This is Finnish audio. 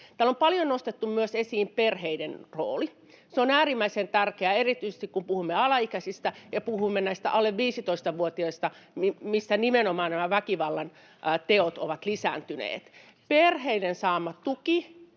Täällä on paljon nostettu esiin myös perheiden roolia. Se on äärimmäisen tärkeää erityisesti, kun puhumme alaikäisistä ja puhumme näistä alle 15-vuotiaista, joilla nimenomaan nämä väkivallanteot ovat lisääntyneet. Perheiden saama tuki